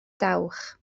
dawch